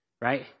right